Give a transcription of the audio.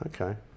Okay